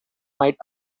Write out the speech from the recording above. might